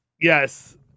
Yes